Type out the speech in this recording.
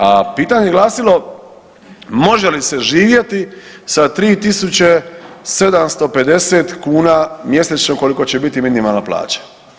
A pitanje je glasilo može li se živjeti sa 3.750 kuna mjesečno koliko će biti minimalna plaća?